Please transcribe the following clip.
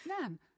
Nan